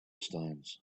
stones